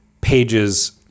pages